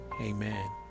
Amen